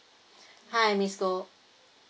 hi miss goh